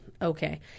Okay